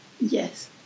Yes